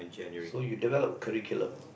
so you develop curriculum